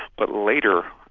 but later,